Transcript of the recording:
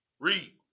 Read